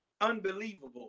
unbelievable